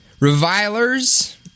Revilers